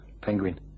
Penguin